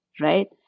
right